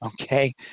okay